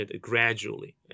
gradually